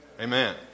Amen